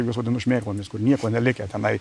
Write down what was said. juos vadinu šmėklomis kur nieko nelikę tenai